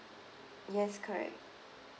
yes correct